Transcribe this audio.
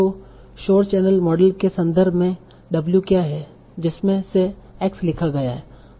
तो शोर channel model के संदर्भ में w क्या है जिसमें से x लिखा गया है